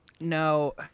no